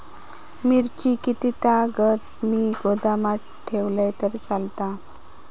मिरची कीततागत मी गोदामात ठेवलंय तर चालात?